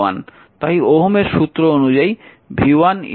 তাই ওহমের সূত্র অনুযায়ী v1 25 i3